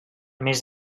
més